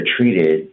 treated